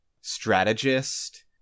strategist